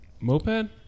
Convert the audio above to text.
Moped